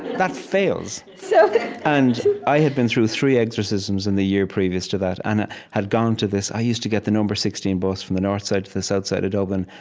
that fails. so and i had been through three exorcisms in the year previous to that and had gone to this i used to get the number sixteen bus from the north side to the south side of dublin,